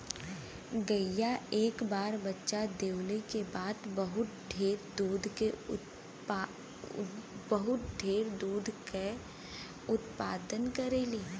गईया एक बार बच्चा देवे क बाद बहुत ढेर दूध के उत्पदान करेलीन